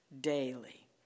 daily